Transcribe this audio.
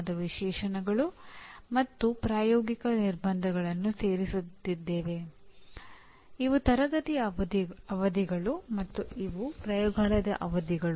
ಇವೆಲ್ಲವೂ ಸರಿಸುಮಾರು ಪರಸ್ಪರ ಸಮಾನವಾಗಿದ್ದರೂ ಕೆಲವು ಜನರು ಕೆಲವು ಪದಗಳನ್ನು ಇತರ ಪದಗಳಿಂದ ಬೇರೆ ಪದಗಳ ಅಪೇಕ್ಷೆಗಾಗಿ ಒಂದು ನಿರ್ದಿಷ್ಟ ಸನ್ನಿವೇಶದಲ್ಲಿ ಪ್ರತ್ಯೇಕಿಸಿದ್ದಾರೆ